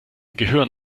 gehören